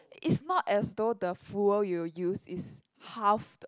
it's not as though the fuel you will use is halved